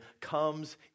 comes